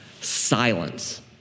Silence